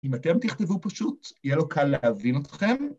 ‫אם אתם תכתבו פשוט, ‫יהיה לו קל להבין אתכם.